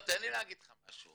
תן לי להגיד לך משהו.